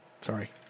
Sorry